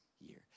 year